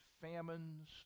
famines